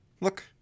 look